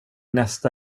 nästa